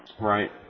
Right